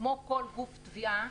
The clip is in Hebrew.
כמו כל גוף תביעה,